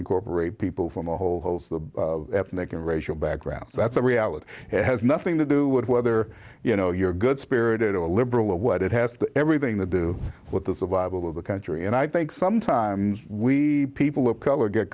incorporate people from a whole host of the ethnic and racial backgrounds that's a reality that has nothing to do with whether you know you're good spirited or liberal or what it has everything to do with the survival of the country and i think sometimes we people of color get